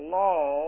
law